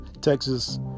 Texas